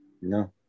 No